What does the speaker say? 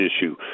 issue